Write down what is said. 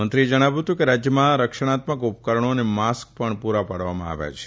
મંત્રીએ જણાવ્યું હતું કે રાજયમાં રક્ષણાત્મક ઉપકરણો અને માસ્ક પણ પુરા પાડવામાં આવ્યા છે